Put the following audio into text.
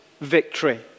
victory